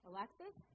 Alexis